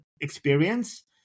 experience